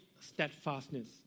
steadfastness